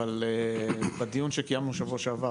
אבל בדיון שקיימנו שבוע שעבר,